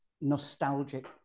nostalgic